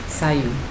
saiu